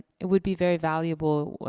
it would be very valuable,